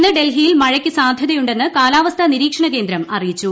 ഇന്ന് ഡൽഹിയിൽ മഴയ്ക്ക് സാധ്യതയുണ്ടെന്ന് കാലാവസ്ഥാ നിരീക്ഷണ കേന്ദ്രം അറിയിച്ചു